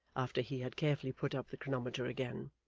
after he had carefully put up the chronometer again.